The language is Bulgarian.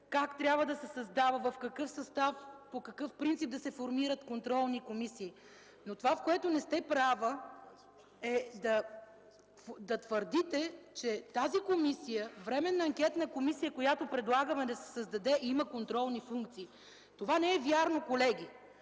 как трябва да се създава, в какъв състав, на какъв принцип да се формират контролни комисии. Но това, за което не сте права, е да твърдите, че Временната анкетна комисия, която предлагаме да се създаде, има контролни функции. Това не е вярно, колеги!